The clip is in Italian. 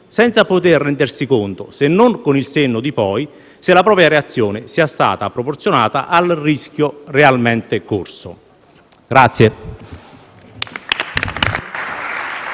senza poter rendersi conto, se non con il senno di poi, se la propria reazione sia stata proporzionata al rischio realmente corso.